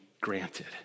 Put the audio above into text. granted